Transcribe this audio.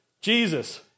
Jesus